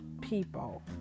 people